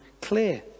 clear